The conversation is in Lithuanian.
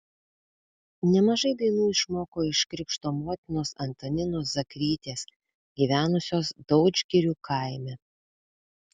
nemažai dainų išmoko iš krikšto motinos antaninos zakrytės gyvenusios daudžgirių kaime